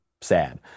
sad